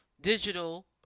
digital